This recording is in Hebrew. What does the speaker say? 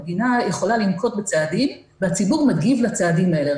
המדינה יכולה לנקוט בצעדים והציבור מגיב לצעדים האלה.